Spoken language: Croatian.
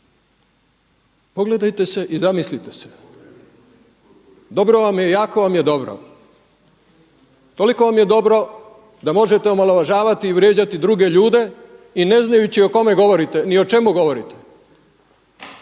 Pogledajte se i zamislite se. Dobro vam je, jako vam je dobro! Toliko vam je dobro da možete omalovažavati i vrijeđati druge ljude i ne znajući o kome govorite ni o čemu govorite